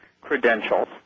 credentials